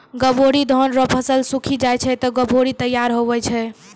गभोरी धान रो फसल सुक्खी जाय छै ते गभोरी तैयार हुवै छै